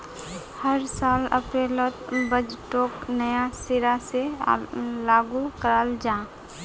हर साल अप्रैलोत बजटोक नया सिरा से लागू कराल जहा